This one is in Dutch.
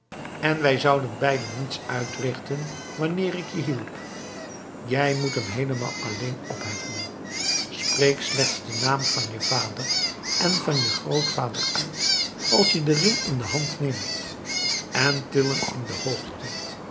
en wij zouden beiden niets uitrichten wanneer ik je hielp jij moet hem heelemaal alleen opheffen spreek slechts den naam van je vader en van je grootvader uit als je den ring in de hand neemt en til hem in de hoogte